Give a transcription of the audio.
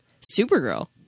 supergirl